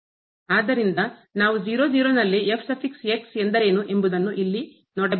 ಆದ್ದರಿಂದ ನಾವು ನಲ್ಲಿ ಎಂದರೇನು ಎಂಬುದನ್ನು ಇಲ್ಲಿ ನೋಡಬೇಕಾಗಿದೆ